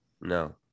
No